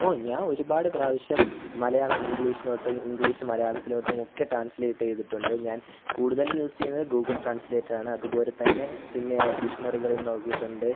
ഓ ഞാൻ ഒരുപാട് പ്രാവശ്യം മലയാളം ഇംഗ്ലീഷിലോട്ടും ഇംഗ്ലീഷ് മലയാളത്തിലോട്ടും ഒക്കെ ട്രാൻസ്ലേറ്റ് ചെയ്തിട്ടുണ്ട് ഞാൻ കൂടുതൽ യൂസ് ചെയ്യുന്നത് ഗൂഗിൾ ട്രാൻസ്ലേറ്ററാണ് അതുപോലെ തന്നെ പിന്നെ ഡിക്ഷണറികളിൽ നോക്കിയിട്ടുണ്ട്